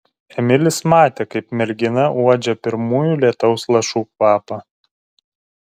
emilis matė kaip mergina uodžia pirmųjų lietaus lašų kvapą